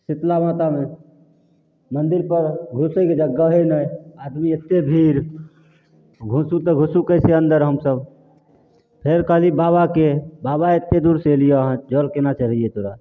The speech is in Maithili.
शीतला मातामे मन्दिरपर घुसैके जगहे नहि आदमी एतेक भीड़ घुसू तऽ घुसू कइसे अन्दर हमसभ फेर कहली बाबाके बाबा एतेक दूरसे अएलिए हँ जल कोना चढ़ैइए तोरा